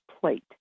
plate